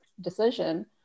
decision